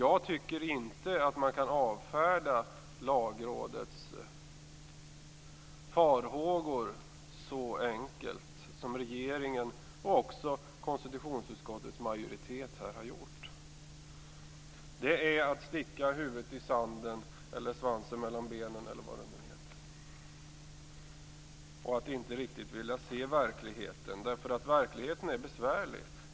Jag tycker inte att man kan avfärda Lagrådets farhågor så enkelt som regeringen och även konstitutionsutskottets majoritet här har gjort. Det är att sticka huvudet i sanden och inte riktigt vilja se verkligheten. Verkligheten är besvärlig.